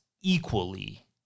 equally